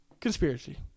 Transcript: Conspiracy